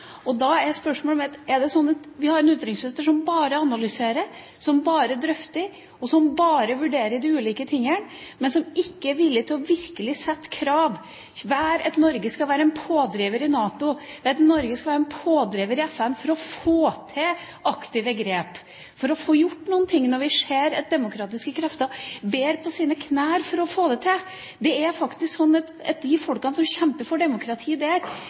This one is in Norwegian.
Da er spørsmålet mitt: Er det slik at vi har en utenriksminister som bare analyserer, som bare drøfter, og som bare vurderer de ulike tingene, men som ikke er villig til virkelig å sette krav om at Norge skal være en pådriver i NATO, om at Norge skal være en pådriver i FN for å få til aktive grep, for å få gjort noen ting, når vi ser at demokratiske krefter ber på sine knær for å få det til? Det er faktisk slik at de folkene som kjemper for demokratiet der,